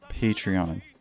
Patreon